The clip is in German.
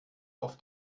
auf